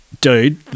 dude